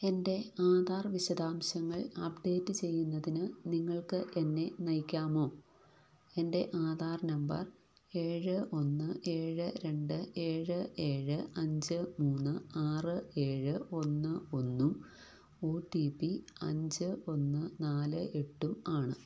എൻ്റെ ആധാർ വിശദാംശങ്ങൾ അപ്ഡേറ്റ് ചെയ്യുന്നതിന് നിങ്ങൾക്കെന്നെ നയിക്കാമോ എൻ്റെ ആധാർ നമ്പർ ഏഴ് ഒന്ന് ഏഴ് രണ്ട് ഏഴ് ഏഴ് അഞ്ച് മൂന്ന് ആറ് ഏഴ് ഒന്ന് ഒന്നും ഒ റ്റി പി അഞ്ച് ഒന്ന് നാല് എട്ടുമാണ്